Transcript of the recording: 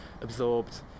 absorbed